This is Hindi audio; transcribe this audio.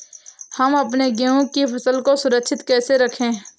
हम अपने गेहूँ की फसल को सुरक्षित कैसे रखें?